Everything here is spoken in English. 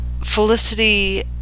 felicity